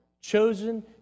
chosen